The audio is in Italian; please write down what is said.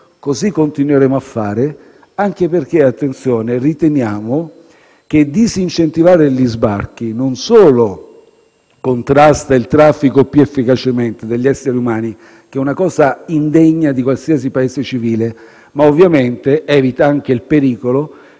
così continueremo a fare anche perché - attenzione - riteniamo che disincentivare gli sbarchi non solo contrasta più efficacemente il traffico di esseri umani (che è una cosa indegna per qualsiasi Paese civile), ma - ovviamente - evita anche il pericolo.